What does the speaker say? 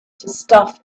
stuff